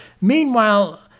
Meanwhile